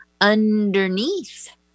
underneath